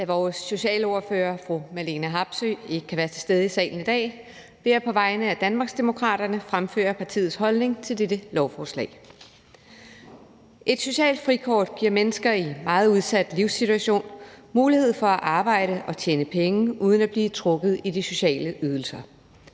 Da vores socialordfører, fru Marlene Harpsøe, ikke kan være til stede i salen i dag, vil jeg på vegne af Danmarksdemokraterne fremføre partiets holdning til dette lovforslag. Et socialt frikort giver mennesker i en meget udsat livssituation mulighed for at arbejde og tjene penge uden at blive trukket i de sociale ydelser.